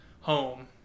home